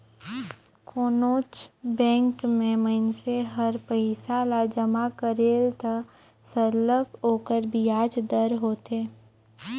कोनोच बंेक में मइनसे हर पइसा ल जमा करेल त सरलग ओकर बियाज दर होथे